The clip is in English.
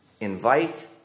invite